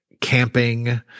camping